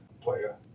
player